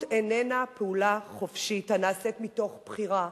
איננה פעולה חופשית הנעשית מתוך בחירה.